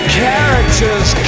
characters